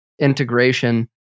integration